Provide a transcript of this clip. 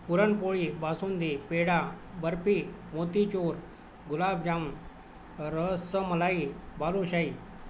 puran poli basundi peda barfi motichoor gulab jamun rasmalai balushahi